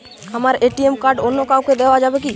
আমার ATM card অন্য কাউকে দেওয়া যাবে কি?